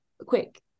quick